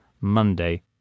Monday